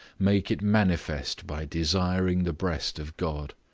make it manifest by desiring the breast of god.